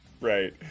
Right